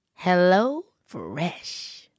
HelloFresh